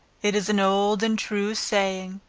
it is an old and true saying,